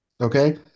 Okay